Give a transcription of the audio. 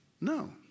No